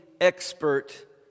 expert